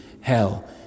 hell